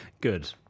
Good